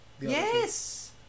yes